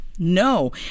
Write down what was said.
No